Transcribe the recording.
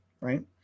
right